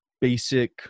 basic